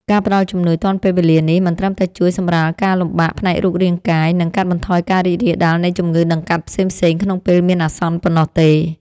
ការផ្ដល់ជំនួយទាន់ពេលវេលានេះ មិនត្រឹមតែជួយសម្រាលការលំបាកផ្នែករូបរាងកាយ និងកាត់បន្ថយការរីករាលដាលនៃជំងឺដង្កាត់ផ្សេងៗក្នុងពេលមានអាសន្នប៉ុណ្ណោះទេ។